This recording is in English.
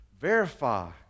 verify